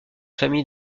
famille